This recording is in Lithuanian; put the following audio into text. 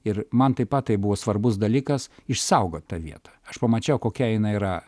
ir man taip pat tai buvo svarbus dalykas išsaugot tą vietą aš pamačiau kokia jinai yra